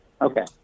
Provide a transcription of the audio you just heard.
Okay